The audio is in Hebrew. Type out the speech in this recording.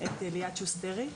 את ליאת שוסטרי.